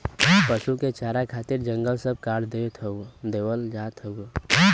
पसु के चारा खातिर जंगल सब काट देवल जात हौ